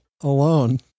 alone